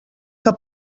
que